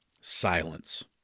silence